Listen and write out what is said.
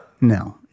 No